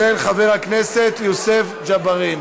הצעת חבר הכנסת יוסף ג'בארין.